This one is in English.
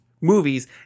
movies